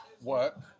work